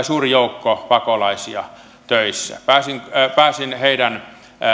suuri joukko pakolaisia töissä pääsin pääsin heidän